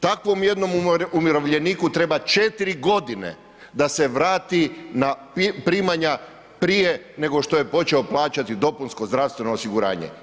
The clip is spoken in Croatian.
Takvom jednom umirovljeniku treba 4 godine da se vrati na primanja prije nego što je počeo plaćati dopunsko zdravstveno osiguranje.